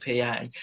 PA